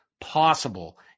possible